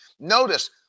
Notice